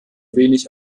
wenig